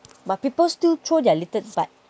but people still throw their littered butt